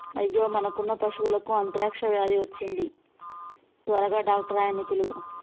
అయ్యో మనకున్న పశువులకు అంత్రాక్ష వ్యాధి వచ్చింది త్వరగా డాక్టర్ ఆయ్యన్నీ పిలువు